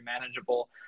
manageable